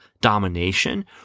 domination